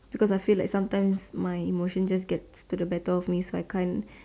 because I feel like sometime my emotion just get to the better of me so I can't